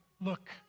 Look